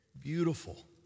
beautiful